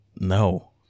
No